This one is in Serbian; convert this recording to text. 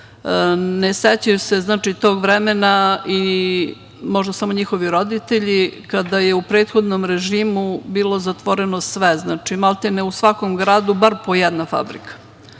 ne sećaju se tog vremena, možda samo njihovi roditelji, kada je u prethodnom režimu bilo zatvoreno sve, znači maltene u svakom gradu bar po jedna fabrika,